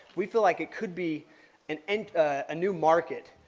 we feel like it could be in and a new market,